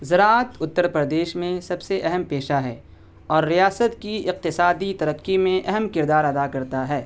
زراعت اتر پردیش میں سب سے اہم پیشہ ہے اور ریاست کی اقتصادی ترقی میں اہم کردار ادا کرتا ہے